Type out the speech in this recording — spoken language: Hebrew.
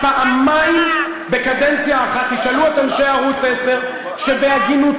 שהיה לי הכבוד בתקופה מסוימת לכהן כיושב-ראש ועדת הכלכלה כאשר הוא כיהן,